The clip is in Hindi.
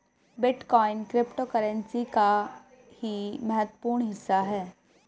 बिटकॉइन क्रिप्टोकरेंसी का ही एक महत्वपूर्ण हिस्सा है